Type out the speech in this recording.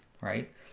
right